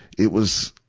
it was,